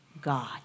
God